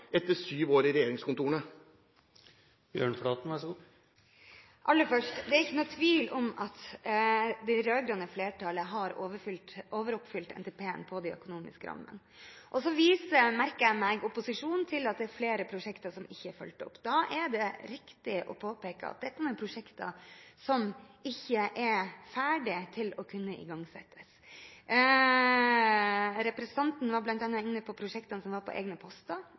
etter syv år i regjeringskontorene? Aller først: Det er ingen tvil om at det rød-grønne flertallet har overoppfylt NTP på de økonomiske rammene. Så merker jeg meg at opposisjonen viser til at det er flere prosjekter som ikke er fulgt opp. Da er det riktig å påpeke at dette er prosjekter som ikke er ferdige til å kunne igangsettes. Representanten Hoksrud var bl.a. inne på prosjektene som var på egne poster.